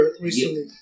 recently